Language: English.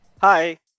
Hi